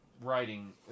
writing